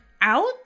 out